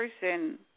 person